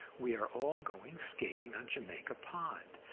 we are all going skating on jamaica pond.